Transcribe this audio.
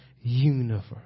universe